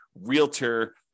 realtor